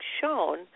shown